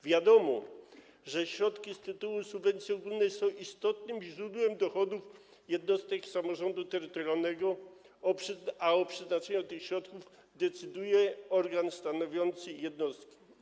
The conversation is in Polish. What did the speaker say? Wiadomo, że środki z tytułu subwencji ogólnej są istotnym źródłem dochodów jednostek samorządu terytorialnego, a o przeznaczeniu tych środków decyduje organ stanowiący jednostki.